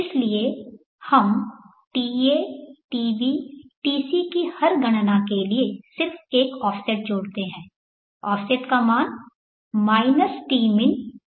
इसलिए हम ta tb tc की हर गणना के लिए सिर्फ एक ऑफसेट जोड़ते हैं